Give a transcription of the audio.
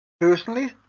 Personally